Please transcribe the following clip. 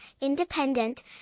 independent